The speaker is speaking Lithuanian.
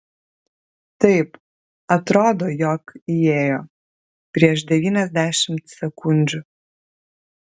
taip atrodo jog įėjo prieš devyniasdešimt sekundžių